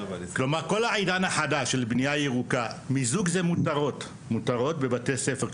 כלומר כל העידן החדש של בנייה ירוקה מיזוג זה מותרות בבתי ספר.